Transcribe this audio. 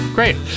Great